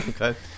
Okay